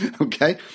Okay